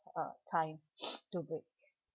uh time to bake